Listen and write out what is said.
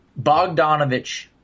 Bogdanovich